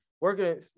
working